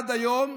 עד היום,